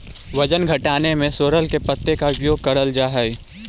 वजन घटाने में सोरल के पत्ते का उपयोग करल जा हई?